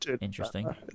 interesting